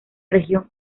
región